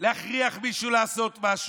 להכריח מישהו לעשות משהו.